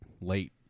late